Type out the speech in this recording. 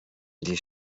die